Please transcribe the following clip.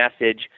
message